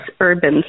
urban